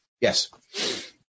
yes